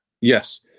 Yes